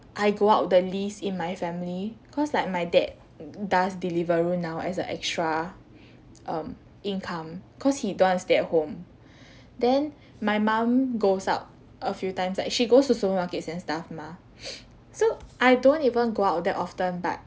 I go out the least in my family cause like my dad does deliveroo now as a extra um income cause he don't want to stay at home then my mum goes out a few times like she goes to supermarkets and stuff mah so I don't even go out that often but